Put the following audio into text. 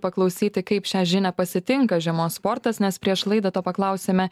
paklausyti kaip šią žinią pasitinka žiemos sportas nes prieš laidą to paklausėme